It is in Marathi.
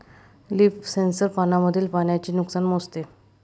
लीफ सेन्सर पानांमधील पाण्याचे नुकसान मोजते